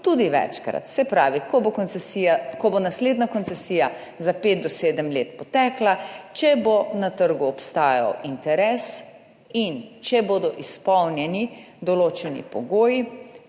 tudi večkrat. Se pravi, ko bo naslednja koncesija za pet do sedem let potekla, če bo na trgu obstajal interes in če bodo izpolnjeni določeni pogoji,